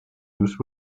used